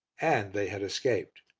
and they had escaped.